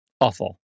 Awful